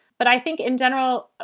but i think in general,